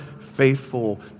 faithful